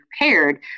prepared